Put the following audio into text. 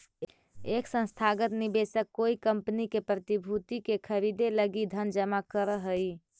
एक संस्थागत निवेशक कोई कंपनी के प्रतिभूति के खरीदे लगी धन जमा करऽ हई